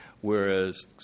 whereas